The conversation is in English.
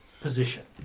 position